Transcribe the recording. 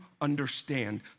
understand